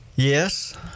yes